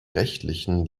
rechtlichen